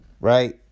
right